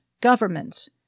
governments